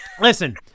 Listen